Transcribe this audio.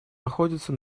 находится